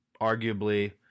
arguably